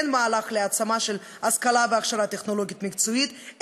אין מהלך להעצמה של השכלה והכשרה טכנולוגית מקצועית,